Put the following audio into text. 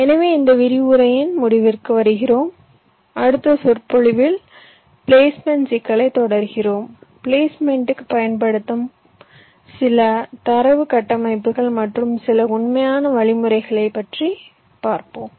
எனவே இந்த விரிவுரையின் முடிவிற்கு வருகிறோம் அடுத்த சொற்பொழிவில் பிளேஸ்மென்ட் சிக்கலைத் தொடர்கிறோம் பிளேஸ்மென்ட்க்கு பயன்படுத்தப்படும் சில தரவு கட்டமைப்புகள் மற்றும் சில உண்மையான வழிமுறைகளைப் பார்ப்போம்